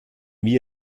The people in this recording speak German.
wir